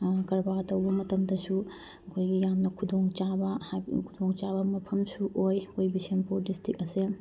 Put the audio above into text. ꯀꯔꯕꯥꯔ ꯇꯧꯕ ꯃꯇꯝꯗꯁꯨ ꯑꯩꯈꯣꯏꯒꯤ ꯌꯥꯝꯅ ꯈꯨꯗꯣꯡ ꯆꯥꯕ ꯈꯨꯗꯣꯡ ꯆꯥꯕ ꯃꯐꯝꯁꯨ ꯑꯣꯏ ꯑꯩꯈꯣꯏ ꯕꯤꯁꯦꯟꯄꯨꯔ ꯗꯤꯁꯇ꯭ꯔꯤꯛ ꯑꯁꯦ